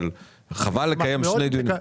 אבל חבל לקיים שני דיונים.